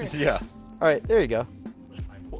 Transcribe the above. yeah. all right, there you go.